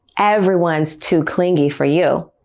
everyone's too clingy for you.